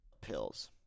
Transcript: Pills